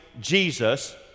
Jesus